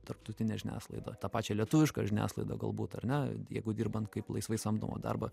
tarptautinė žiniasklaidoj tą pačią lietuvišką žiniasklaidą galbūt ar ne jeigu dirbant kaip laisvai samdomą darbą